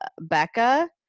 Becca